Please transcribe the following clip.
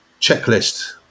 checklist